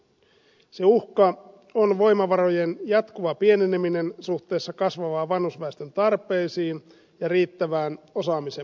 se uhka on voimavarojen jatkuva pieneneminen suhteessa kasvavan vanhusväestön tarpeisiin ja riittävän osaamisen puute